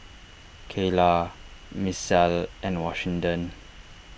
Cayla Misael and Washington